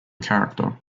character